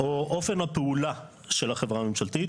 או עיריית הרצליה.